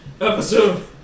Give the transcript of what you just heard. episode